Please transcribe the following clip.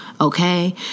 Okay